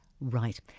Right